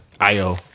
Io